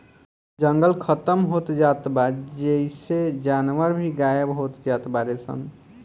जंगल खतम होत जात बा जेइसे जानवर भी गायब होत जात बाडे सन